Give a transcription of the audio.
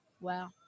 Wow